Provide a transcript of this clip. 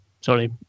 Sorry